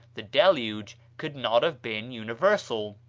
the deluge could not have been universal.